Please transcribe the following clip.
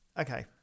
okay